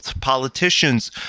politicians